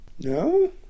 No